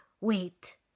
wait